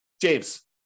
James